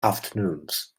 afternoons